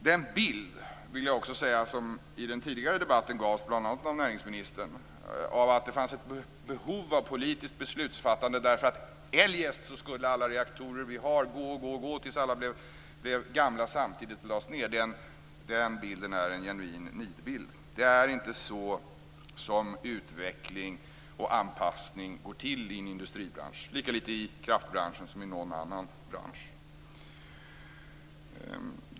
Den bild som i den tidigare debatten gavs bl.a. av näringsministern av att det fanns ett behov av politiskt beslutsfattande därför att alla reaktorer som vi har eljest skulle gå och gå tills alla blev gamla samtidigt och lades ned är en genuin nidbild. Det är inte på det sättet som utveckling och anpassning går till i en industribransch, lika litet i kraftbranschen som i någon annan bransch.